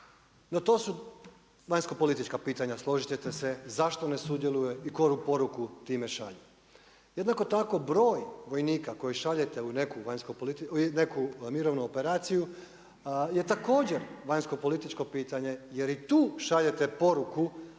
No, to su vanjsko-politička pitanja složit ćete se zašto ne sudjeluje i koju poruku time šalju. Jednako tako broj vojnika koji šaljete u neku mirovnu operaciju je također vanjsko-političko pitanje jer i tu šaljete poruku